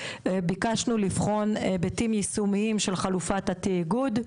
ביקשנו לבחון היבטים יישומיים של חלופת התאגוד,